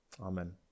Amen